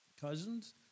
Cousins